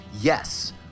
yes